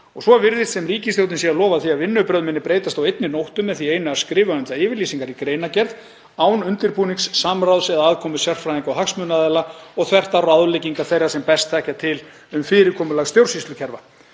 Svo virðist sem ríkisstjórnin sé að lofa því að vinnubrögð muni breytast á einni nóttu með því einu að skrifa um það yfirlýsingar í greinargerð, án undirbúnings, samráðs eða aðkomu sérfræðinga og hagsmunaaðila og þvert á ráðleggingar þeirra sem best þekkja til um fyrirkomulag stjórnsýslukerfa.